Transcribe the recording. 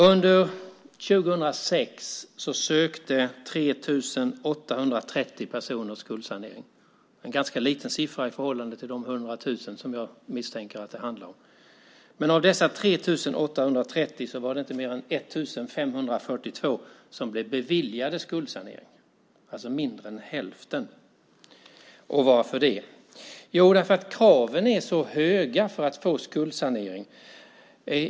Under 2006 sökte 3 830 personer skuldsanering, en ganska liten siffra i förhållande till de 100 000 som jag misstänker att det handlar om. Men av dessa 3 830 var det inte mer än 1 542 som blev beviljade skuldsanering, alltså mindre än hälften. Varför det? Jo, kraven är så höga för att få skuldsanering.